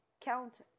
count